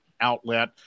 outlet